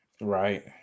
right